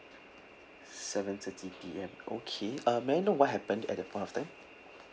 seven thirty P_M okay uh may I know what happened at the point of time